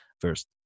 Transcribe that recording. first